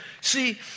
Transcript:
See